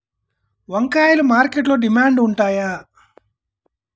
వంకాయలు మార్కెట్లో డిమాండ్ ఉంటాయా?